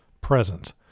present